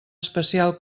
especial